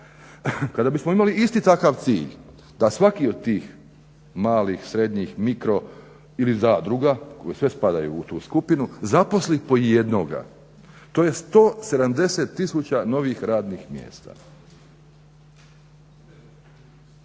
Kada bismo imali isti takav cilj, da svaki od tih malih, srednjih, mikro ili zadruga koje sve spadaju u tu skupinu, zaposli po jednoga. To je 170 tisuća novih radnih mjesta.